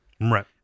Right